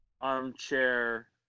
armchair